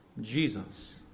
Jesus